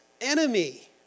enemy